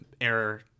error